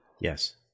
Yes